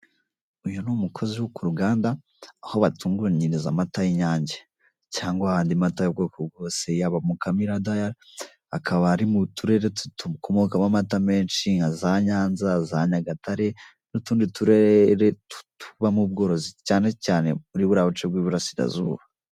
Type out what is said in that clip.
Uyu numukozi wo kuruganda Aho batunganyiriza amata y'inyange ,cyagwa andi mata y'ubwoko bwose yaba mukamira dayari, akaba Ari muturere dukomokamo amata menshi nka za Nyanza, za Nyagatare nutundi turere tubamo ubworozi cyane cyane muriburiya buce bw'uburasirazuba.